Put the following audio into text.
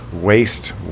waste